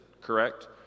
correct